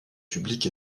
public